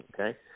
Okay